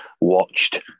watched